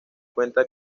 cuenta